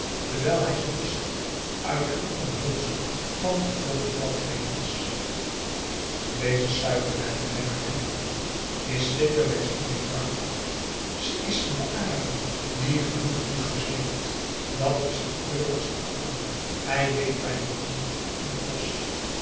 terwijl hij ze los schilde uit haar omhulsel van gevlochten bladvezels deze suiker merkte hij waardeerend op is zeker bij si djembar gekocht ze is van de arèn die groene bloesems heeft dat is de geurigste van allen hij weet waar die groeit in het bosch